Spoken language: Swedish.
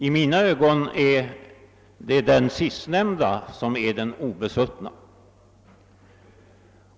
I mina ögon är det de sistnämnda som är obesuttna.